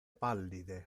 pallide